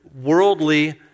worldly